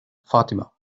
fatima